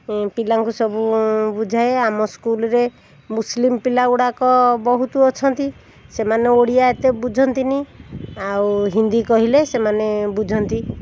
ଉଁ ପିଲାଙ୍କୁ ସବୁ ବୁଝାଏ ଆମ ସ୍କୁଲ୍ରେ ମୁସଲିମ୍ ପିଲାଗୁଡ଼ାକ ବହୁତ ଅଛନ୍ତି ସେମାନେ ଓଡ଼ିଆ ଏତେ ବୁଝନ୍ତିନି ଆଉ ହିନ୍ଦୀ କହିଲେ ସେମାନେ ବୁଝନ୍ତି